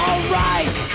Alright